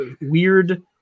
Weird